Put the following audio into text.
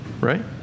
right